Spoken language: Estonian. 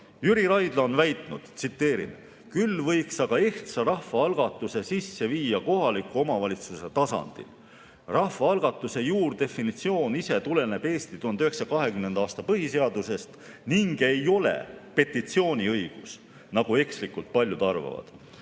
Jüri Raidla on väitnud (tsiteerin): "Küll võiks aga ehtsa rahvaalgatuse sisse viia kohaliku omavalitsuse tasandil. Rahvaalgatuse juurdefinitsioon ise tuleneb Eesti 1920. aasta põhiseadusest ning ei ole petitsiooniõigus nagu ekslikult paljud arvavad."